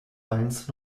eins